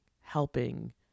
helping